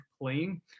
playing